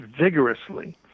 vigorously